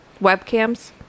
Webcams